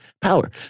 power